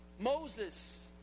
Moses